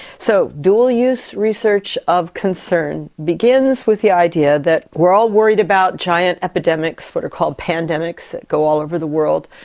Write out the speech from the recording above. so dual use research of concern begins with the idea that we are all worried about giant epidemics, what are called pandemics that go all over the world,